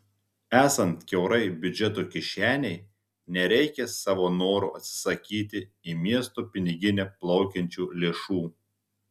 esant kiaurai biudžeto kišenei nereikia savo noru atsisakyti į miesto piniginę plaukiančių lėšų